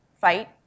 fight